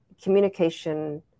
communication